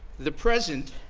the present,